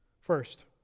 First